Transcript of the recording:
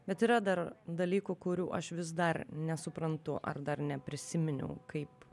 bet yra dar dalykų kurių aš vis dar nesuprantu ar dar neprisiminiau kaip